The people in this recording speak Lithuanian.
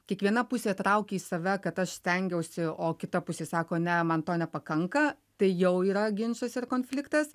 kiekviena pusė traukia į save kad aš stengiausi o kita pusė sako ne man to nepakanka tai jau yra ginčas ir konfliktas